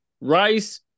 Rice